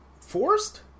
Forced